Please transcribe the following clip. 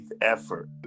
effort